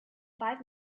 five